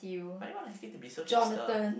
why you wanna a hickey to be so Hipster